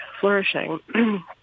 flourishing